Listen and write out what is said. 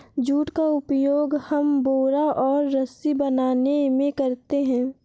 jute का उपयोग हम बोरा और रस्सी बनाने में करते हैं